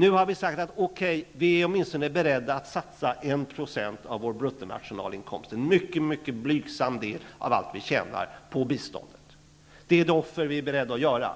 Nu har vi sagt att vi är beredda att satsa åtminstone 1 % av vår bruttonationalinkomst -- en mycket, mycket blygsam del av allt vi tjänar -- på biståndet. Det är ett offer vi är beredda att göra.